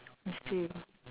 I see